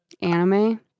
Anime